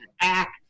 act